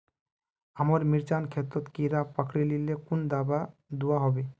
हमार मिर्चन खेतोत कीड़ा पकरिले कुन दाबा दुआहोबे?